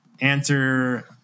answer